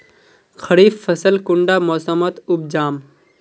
खरीफ फसल कुंडा मोसमोत उपजाम?